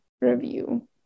review